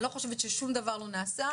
אני לא חושבת ששום דבר לא נעשה,